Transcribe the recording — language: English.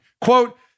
Quote